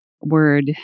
word